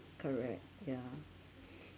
correct yeah